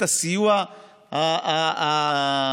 את הצעת חוק מענק לעידוד תעסוקה (הוראת שעה,